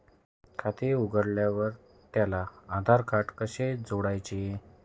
खाते उघडल्यावर त्याला आधारकार्ड कसे जोडायचे?